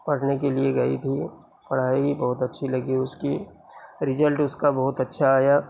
پڑھنے کے لیے گئی تھی پڑھائی بہت اچھی لگی اس کی ریجلٹ اس کا بہت اچھا آیا